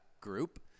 group